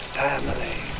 family